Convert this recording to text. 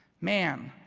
man,